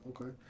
okay